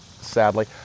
sadly